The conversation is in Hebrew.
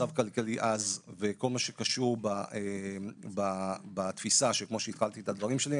מצב כלכלי אז וכל מה שקשור בתפיסה בה התחלתי את הדברים שלי,